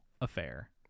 affair